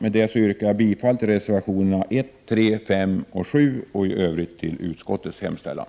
Med det yrkar jag bifall till reservationerna 1, 3, 5 och 7 och i Övrigt till utskottets hemställan.